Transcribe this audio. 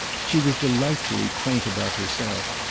she was delightfully quaint about herself,